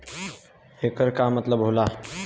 येकर का मतलब होला?